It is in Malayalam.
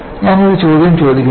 ഞാൻ ഒരു ചോദ്യം ചോദിക്കട്ടെ